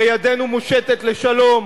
הרי ידנו מושטת לשלום.